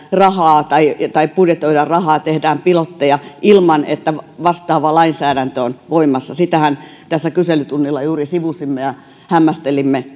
budjetoidaan rahaa tai tehdään pilotteja ilman että vastaava lainsäädäntö on voimassa sitähän tässä kyselytunnilla juuri sivusimme ja hämmästelimme